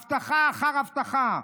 הבטחה אחר הבטחה,